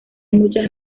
muchas